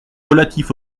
relatif